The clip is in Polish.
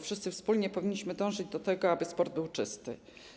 Wszyscy wspólnie powinniśmy dążyć do tego, aby sport był czysty.